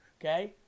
Okay